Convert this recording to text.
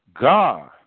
God